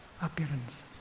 appearance